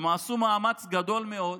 עשו מאמץ גדול מאוד,